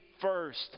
first